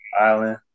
Island